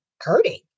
hurting